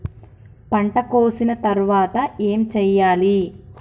పంట కోసిన తర్వాత ఏం చెయ్యాలి?